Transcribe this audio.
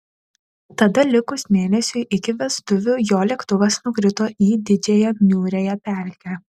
tada likus mėnesiui iki vestuvių jo lėktuvas nukrito į didžiąją niūriąją pelkę